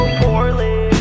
poorly